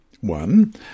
One